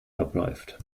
abläuft